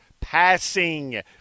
passing